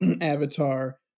Avatar